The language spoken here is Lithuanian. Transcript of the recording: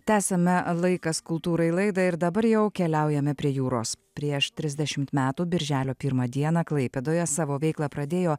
tęsiame laikas kultūrai laidą ir dabar jau keliaujame prie jūros prieš trisdešimt metų birželio pirmą dieną klaipėdoje savo veiklą pradėjo